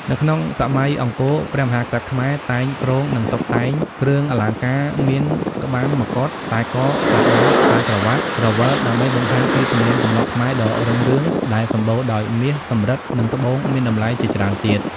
នៅក្នុងសម័យអង្គរព្រះមហាក្សត្រខ្មែរតែងគ្រងនិងតុបតែងគ្រឿងអលង្ការមានក្បាំងមកុដ ខ្សែក ខ្សែដៃ ខ្សែក្រវាត់ ក្រវិលដើម្បីបង្ហាញពីទំនៀមទម្លាប់ខ្មែរដ៏រុងរឿងដែលសំបូរដោយមាសសំរិទ្ធនិងត្បូងមានតម្លៃជាច្រើនទៀត។